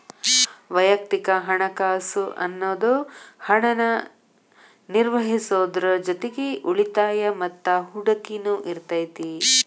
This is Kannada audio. ವಯಕ್ತಿಕ ಹಣಕಾಸ್ ಅನ್ನುದು ಹಣನ ನಿರ್ವಹಿಸೋದ್ರ್ ಜೊತಿಗಿ ಉಳಿತಾಯ ಮತ್ತ ಹೂಡಕಿನು ಇರತೈತಿ